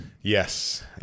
Yes